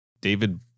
David